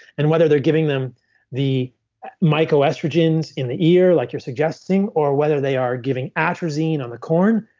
and whether they're giving them the myco-estrogens in the ear like you're suggesting or whether they are giving atrazine on the corn,